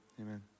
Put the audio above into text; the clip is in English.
amen